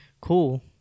Cool